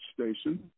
station